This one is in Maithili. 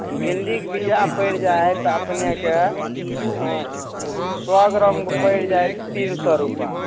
भिण्डीके बीया पैड़ि जायत अपनेके सए ग्रामके पड़ि जायत तीन सए रुपा